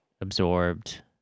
absorbed